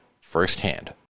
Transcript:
firsthand